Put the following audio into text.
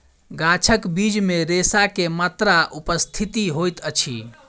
गाछक बीज मे रेशा के मात्रा उपस्थित होइत अछि